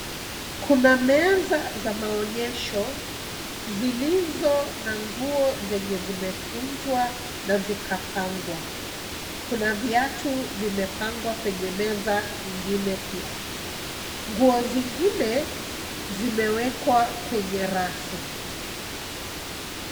Kuna meza za maonyesho zilizo na nguo zenye zimekunjwa na zikapangwa. Kuna viatu vimepangwa kwenye meza ingine pia. Nguo zingine zimewekwa kwenye rafu.